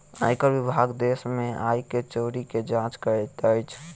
आयकर विभाग देश में आय के चोरी के जांच करैत अछि